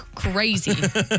crazy